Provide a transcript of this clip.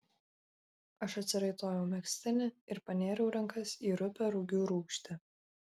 aš atsiraitojau megztinį ir panėriau rankas į rupią rugių rūgštį